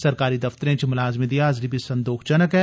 सरकारी दफ्तरै च मलाजमें दी हाजरी बी संदोख जनक ऐ